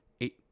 eight